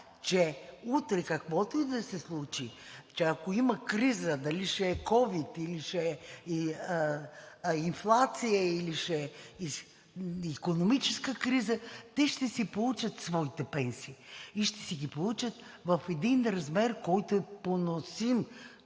че утре каквото и да се случи, че ако има криза – дали ще е ковид, или ще е инфлация, или ще е икономическа криза, те ще си получат своите пенсии и ще си ги получат в един размер, който е поносим.